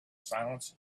silence